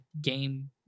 game